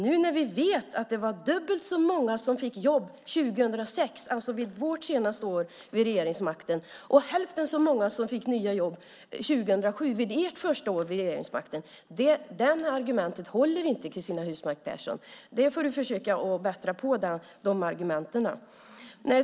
Nu vet vi att det var dubbelt så många som fick jobb 2006, alltså under vårt senaste år vid regeringsmakten, och hälften så många som fick nya jobb under 2007, under ert första år vid regeringsmakten, håller inte det argumentet, Cristina Husmark Pehrsson. Du får försöka bättra på de argumenten.